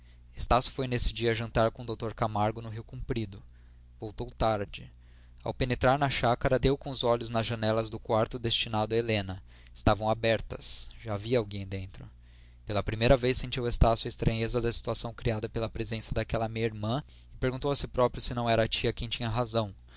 estácio foi nesse dia jantar com o dr camargo no rio comprido voltou tarde ao penetrar na chácara deu com os olhos nas janelas do quarto destinado a helena estavam abertas havia alguém dentro pela primeira vez sentiu estácio a estranheza da situação criada pela presença daquela meia irmã e perguntou a si próprio se não era a tia quem tinha razão